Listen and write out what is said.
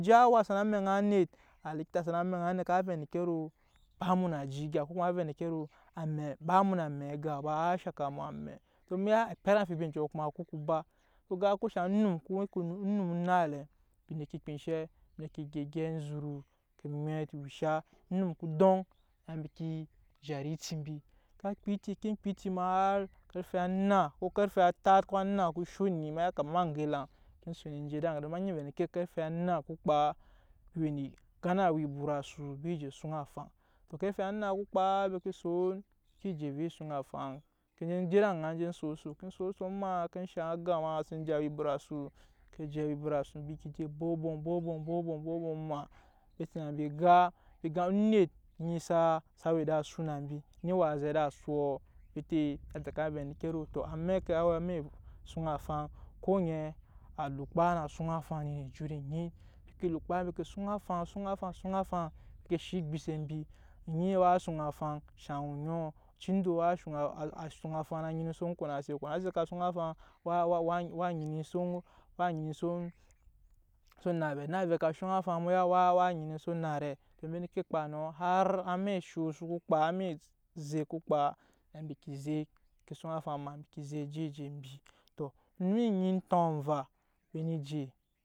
Je awa sana meŋa anet alikifa sana meŋa anet ka rɛ endeke ka na woro ba emu na aji egyap ko kuma ka re endeke kana woro amɛ ba mu na ame egap a shaka mu amme emu na ebet amfibi kyɔ ku ku ba, ku ba ku shaŋ anum ku ku onum onaŋ elɛ embi ki kpa cashɛ embi ne ke jɛ gyep onzuru embi moɛt ewusha onum ko doŋ na embi ke zhat eti mbi emn kpaa eti ki kpa eti ma har karfe anako karfe atat ko ana ko osu onum ema ya kamar ama gya alaŋ ke son en je ede aŋa don ema ngi re eni ke a karfe ana ku kfa embi we ne egam a wa ebut asu embi je esud afaŋ a karfe ana ku kpaa embi je soon embi je aye esuŋ afaŋ ke ne je ede aŋa ke soosoi ke so oso emaa ke zhaŋ aya ma sai je awa ebut asu, ke je a wa ebut asu, embi ke bom- obom ma bete na embi embi ga onet onyi saa sa we ede asu na mbi eni waa se ede suɔ befe na teka re endeke woro to ameke a we amak esun afang ko oŋɛɛ a enyi mbi ke lokpa ne ke sun ke shan engbise embi onyii waa sun afaŋ shaŋ oŋoo ochindo waa suna a sun afaŋ shaŋ oŋɔɔ ochindo waa suŋa a suŋ a faŋ na nyina esok konase konase ka suŋ afaŋ wa wa awa nyina a wa nyi ensoki ensok onake onavɛ ka suŋ afaŋ awa nyina ensok onarɛ cubi ne ke kpa na, har amɛk sho ko kpaa amɛk ezɛk ku kpaa na embi ke zekke suŋ afaŋ emaa ke zek eje eje mbi to emu nyi entonva ebi ne je.